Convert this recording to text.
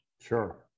Sure